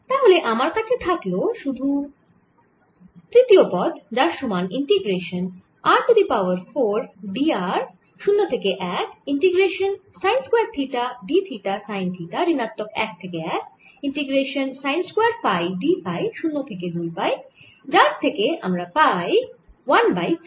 তাহলে আমার কাছে থাকল শুধু তৃতীয় পদ যার সমান integration r to the power 4 d r 0 to 1 integration sine square theta d cosine theta ঋণাত্মক 1 থেকে 1 integration sine square phi d phi 0 থেকে 2 পাই যার থেকে আমরা পাই 1বাই 5